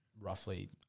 roughly